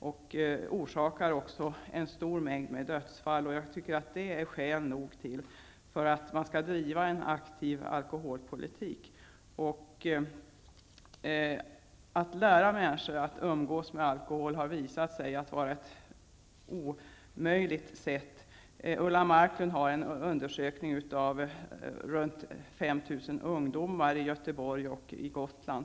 Den orsakar också en stor mängd dödsfall. Det är skäl nog för att man skall driva en aktiv alkoholpolitik. Att försöka lära människor umgås med alkohol har visat sig vara ett dåligt sätt. Ulla Marklund gjorde en undersökning med omkring 5 000 ungdomar i Göteborg och på Gotland.